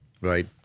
right